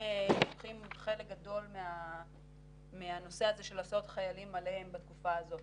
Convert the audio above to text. לוקחים חלק גדול מהנושא הזה של הסעות החיילים עליהם בתקופה הזאת.